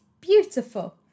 beautiful